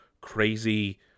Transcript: crazy